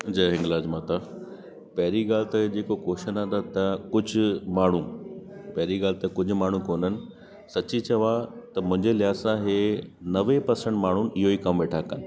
जय हिंगलाज माता पहिरीं ॻाल्हि त जेको कोशन आहे त कुझु माण्हू पहिरीं ॻाल्हि त कुझु माण्हू कोन्हनि सची चवा त मुंहिंजे लिहाज़ सां हीअ नवे परसेंट माण्हू इहे कमु वेठा कनि